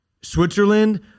switzerland